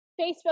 Facebook